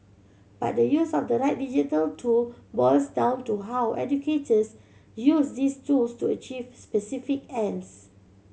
but the use of the right digital tool boils down to how educators use these tools to achieve specific ends